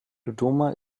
dodoma